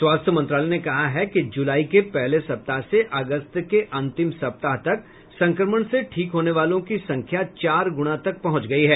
स्वास्थ्य मंत्रालय ने कहा है कि जुलाई के पहले सप्ताह से अगस्त के अंतिम सप्ताह तक संक्रमण से ठीक होने वालों की संख्या चार गुणा तक पहुंच गई है